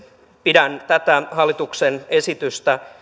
pidän tätä hallituksen esitystä